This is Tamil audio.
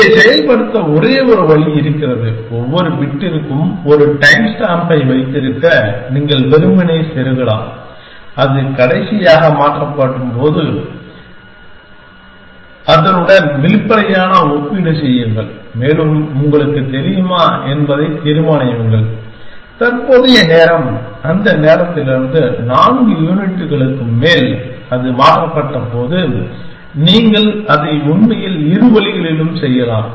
இதை செயல்படுத்த ஒரே ஒரு வழி இருக்கிறது ஒவ்வொரு பிட்டிற்கும் ஒரு டைம்ஸ்டாம்பை வைத்திருக்க நீங்கள் வெறுமனே செருகலாம் அது கடைசியாக மாற்றப்பட்டபோது அதனுடன் வெளிப்படையான ஒப்பீடு செய்யுங்கள் மேலும் உங்களுக்குத் தெரியுமா என்பதைத் தீர்மானியுங்கள் தற்போதைய நேரம் அந்த நேரத்திலிருந்து நான்கு யூனிட்டுகளுக்கு மேல் அது மாற்றப்பட்டபோது நீங்கள் அதை உண்மையில் இரு வழிகளிலும் செய்யலாம்